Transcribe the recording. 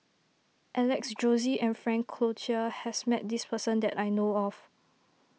Alex Josey and Frank Cloutier has met this person that I know of